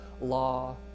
law